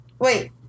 Wait